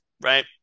right